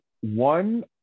One